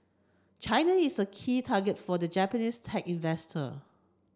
China is a key target for the Japanese tech investor